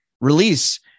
release